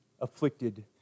afflicted